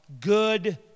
good